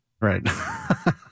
Right